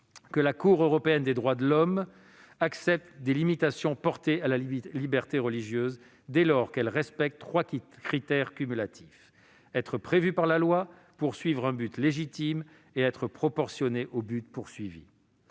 que la Cour européenne des droits de l'homme (CEDH) accepte des limitations à la liberté religieuse dès lors qu'elles respectent trois critères cumulatifs : être prévues par la loi, rechercher un but légitime et être proportionnées au but recherché.